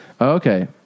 Okay